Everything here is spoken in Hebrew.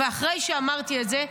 אחרי שאמרתי את זה,